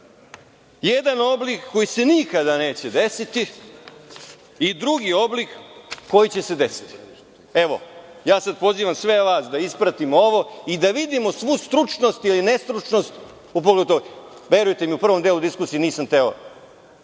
Jedan oblik koji se nikada neće desiti i drugi oblik koji će se desiti. Pozivam sve vas da ispratimo ovo i da vidimo svu stručnost ili nestručnost u pogledu ovoga. Verujte mi, u prvom delu diskusije nisam hteo